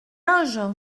loge